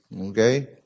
Okay